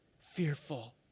fearful